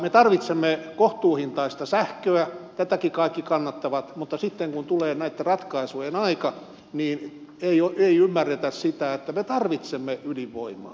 me tarvitsemme kohtuuhintaista sähköä tätäkin kaikki kannattavat mutta sitten kun tulee näitten ratkaisujen aika niin ei ymmärretä sitä että me tarvitsemme ydinvoimaa